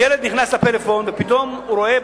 ילד פותח את הפלאפון ופתאום הוא רואה,